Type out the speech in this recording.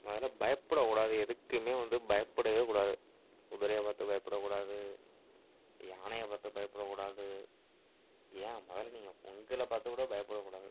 முதல்ல பயப்படக்கூடாது எதுக்குமே வந்து பயப்படவேக்கூடாது குதிரையை பார்த்து பயப்படக்கூடாது யானையை பார்த்து பயப்படக்கூடாது ஏன் முதல்ல நீங்கள் உங்களை பார்த்து கூட பயப்படக்கூடாது